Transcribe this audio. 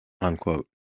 unquote